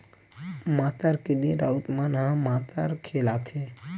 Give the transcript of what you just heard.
मातर के दिन राउत मन ह मातर खेलाथे